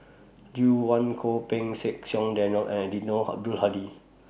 Lucien Wang Goh Pei Siong Daniel and Eddino Abdul Hadi